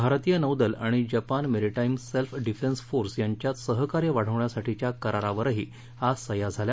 भारतीय नौदल आणि Japan maritime self defence force यांच्यात सहकार्य वाढवण्यासाठीच्या करारावरही आज सह्या झाल्या